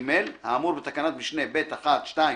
(ג)האמור בתקנת משנה (ב)(1), (2)